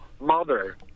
mother